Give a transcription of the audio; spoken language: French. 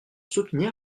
soutenir